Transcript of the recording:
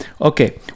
Okay